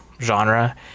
genre